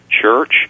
church